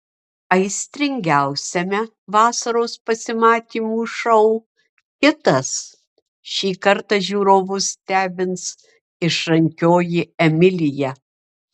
aistringiausiame vasaros pasimatymų šou kitas šį kartą žiūrovus stebins išrankioji emilija